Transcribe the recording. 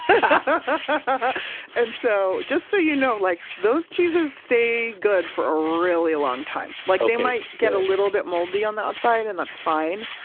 but and so, just so you know, like those cheeses stay good for a really long time. like they might get a little bit moldy on the outside and that's fine.